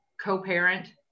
Co-parent